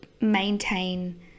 maintain